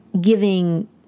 giving